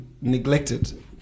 neglected